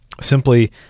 simply